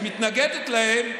ומתנגדת להם,